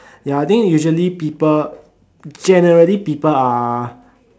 ya I think usually people generally people are